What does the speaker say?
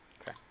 Okay